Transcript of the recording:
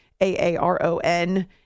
Aaron